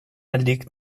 liegt